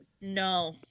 No